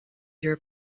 your